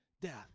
death